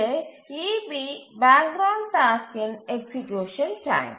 அங்கு eB background டாஸ்க்கின் execution time